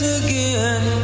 again